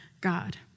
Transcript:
God